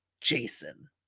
Jason